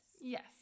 yes